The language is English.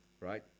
right